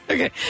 Okay